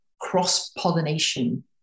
cross-pollination